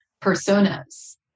personas